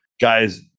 guys